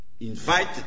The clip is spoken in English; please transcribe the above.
...invited